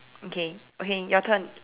okay okay your turn